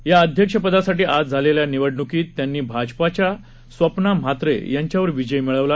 या अध्यक्ष पदासाठी आज झालेल्या निवडण्कीत त्यांनी भाजपच्या स्वप्ना म्हात्रे यांच्यावर विजय मिळवला